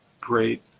great